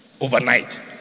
Overnight